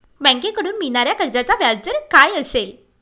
बँकेकडून मिळणाऱ्या कर्जाचा व्याजदर काय असेल?